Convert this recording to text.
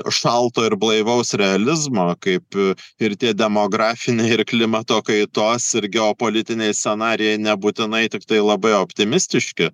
šalto ir blaivaus realizmo kaip ir tie demografiniai ir klimato kaitos ir geopolitiniai scenarijai nebūtinai tiktai labai optimistiški